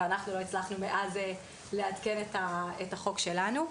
מספר 3 ומאז אנחנו לא הצלחנו לעדכן את החוק שלנו.